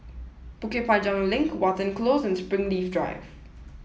Bukit Panjang Link Watten Close and Springleaf Drive